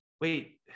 wait